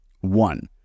One